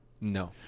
No